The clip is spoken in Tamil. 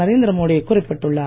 நரேந்திர மோடி குறிப்பிட்டுள்ளார்